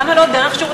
למה לא דרך שירות